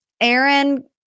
Aaron